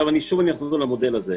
עכשיו, שוב, אחזור למודל הזה.